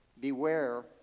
Beware